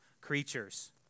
creatures